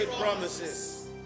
promises